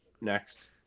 next